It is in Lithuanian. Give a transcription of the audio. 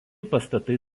pastatai